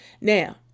Now